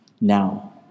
now